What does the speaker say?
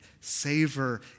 Savor